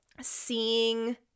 seeing